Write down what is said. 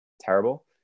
terrible